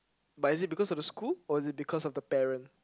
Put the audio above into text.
but is it because of the school or is it because of the parent